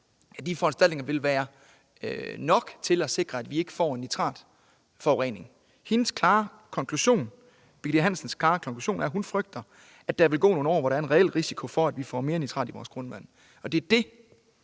de foranstaltninger vil være nok til at sikre, at vi ikke får en nitratforurening. Birgitte Hansens klare konklusion er, at hun frygter, at der vil gå nogle år, hvor der er en reel risiko for, at vi får mere nitrat i vores grundvand. Det er det